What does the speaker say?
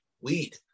weed